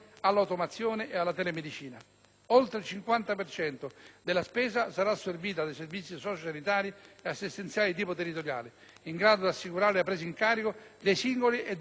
per cento della spesa sarà assorbita dai servizi sociosanitari e assistenziali di tipo territoriale, in grado di assicurare la «presa in carico» dei singoli e delle fasce di popolazione a rischio di cronicità.